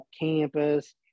campus